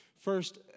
First